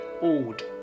old